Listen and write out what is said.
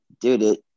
dude